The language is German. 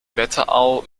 wetterau